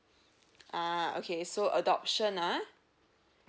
uh okay so adoption ah